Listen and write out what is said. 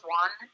one